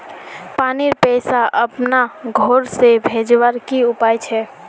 पानीर पैसा अपना घोर से भेजवार की उपाय छे?